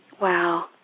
Wow